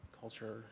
culture